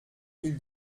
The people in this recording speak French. mille